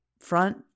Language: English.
front